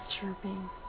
chirping